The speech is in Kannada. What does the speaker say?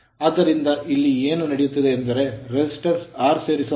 ಆದ್ದರಿಂದ ಇಲ್ಲಿ ಏನು ನಡೆಯುತ್ತಿದೆ ಎಂದರೆ resistance ಪ್ರತಿರೋಧವನ್ನು R ಸೇರಿಸುವ ಮೂಲಕ